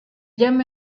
jam